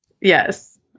yes